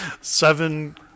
Seven